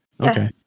Okay